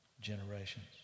generations